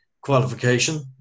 qualification